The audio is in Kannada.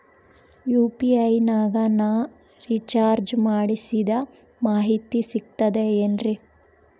ಯು.ಪಿ.ಐ ನಾಗ ನಾ ರಿಚಾರ್ಜ್ ಮಾಡಿಸಿದ ಮಾಹಿತಿ ಸಿಕ್ತದೆ ಏನ್ರಿ?